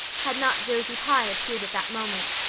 had not josie pye appeared at that moment.